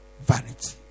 Vanity